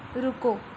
ਰੁਕੋ